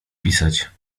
pisać